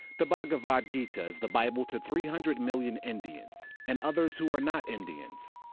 the bhagavad gita is the bible to three hundred million indians and others who are not indians.